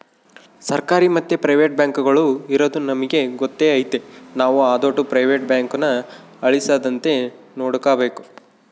ಸರ್ಕಾರಿ ಮತ್ತೆ ಪ್ರೈವೇಟ್ ಬ್ಯಾಂಕುಗುಳು ಇರದು ನಮಿಗೆ ಗೊತ್ತೇ ಐತೆ ನಾವು ಅದೋಟು ಪ್ರೈವೇಟ್ ಬ್ಯಾಂಕುನ ಅಳಿಸದಂತೆ ನೋಡಿಕಾಬೇಕು